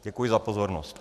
Děkuji za pozornost.